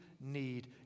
need